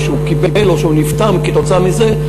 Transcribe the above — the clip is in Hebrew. או שהוא קיבל או שהוא נפטר כתוצאה מזה,